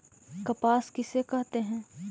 कपास किसे कहते हैं?